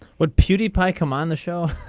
what beauty pie come on the show.